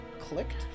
clicked